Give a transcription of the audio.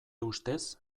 ustez